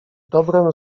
dobrem